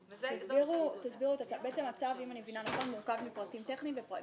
אם אני מבינה נכון, הצו מורכב מפרטים טכניים ויש